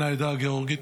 כבן העדה הגאורגית,